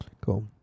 Cool